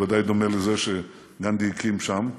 בוודאי דומה לזה שגנדי הקים שם.